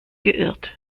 geirrt